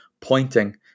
pointing